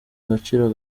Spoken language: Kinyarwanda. agaciro